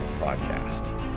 podcast